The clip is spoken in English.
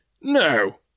No